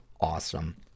awesome